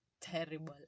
terrible